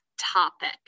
topic